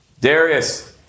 Darius